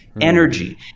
energy